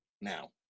now